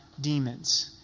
demons